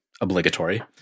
Obligatory